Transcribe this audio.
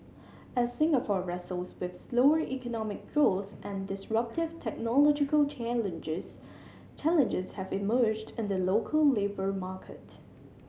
as Singapore wrestles with slower economic growth and disruptive technological changes challenges have emerged in the local labour market